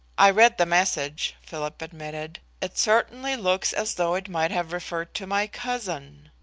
i read the message, philip admitted. it certainly looks as though it might have referred to my cousin.